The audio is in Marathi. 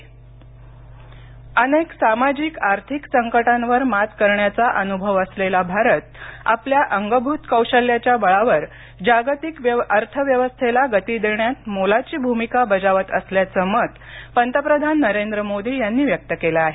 मोदी वैश्विक भारत अनेक सामाजिक आर्थिक संकटांवर मात करण्याचा अनुभव असलेला भारत आपल्या अंगभूत कौशल्याच्या बळावर जागतिक अर्थव्यवस्थेला गती देण्यात मोलाची भूमिका बजावत असल्याच मत पंतप्रधान नरेंद्र मोदी यांनी व्यक्त केलं आहे